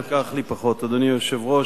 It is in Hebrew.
ייקח לי פחות, אדוני היושב-ראש.